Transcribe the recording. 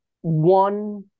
one